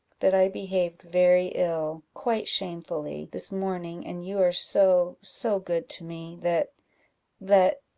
that i behaved very ill, quite shamefully, this morning and you are so so good to me, that that